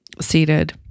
seated